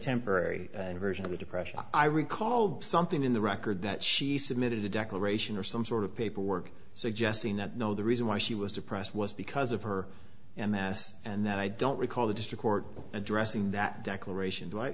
temporary and version of the depression i recall something in the record that she submitted a declaration or some sort of paperwork so jesting that no the reason why she was depressed was because of her and this and that i don't recall the district court addressing that declaration